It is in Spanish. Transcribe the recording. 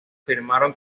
firmaron